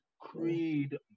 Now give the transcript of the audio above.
Creed